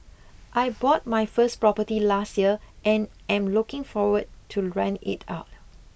I bought my first property last year and am looking forward to rent it out